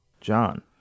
john